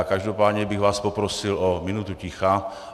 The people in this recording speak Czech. Každopádně bych vás poprosil o minutu ticha.